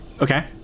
Okay